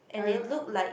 I don't